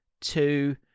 two